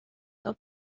dos